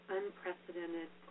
unprecedented